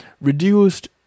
reduced